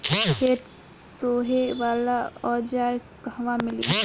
खेत सोहे वाला औज़ार कहवा मिली?